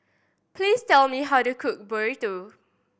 please tell me how to cook Burrito